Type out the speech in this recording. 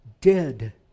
dead